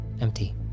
empty